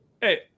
hey